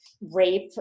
rape